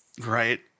Right